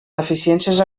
deficiències